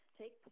take